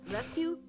rescue